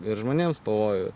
ir žmonėms pavojų